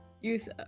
use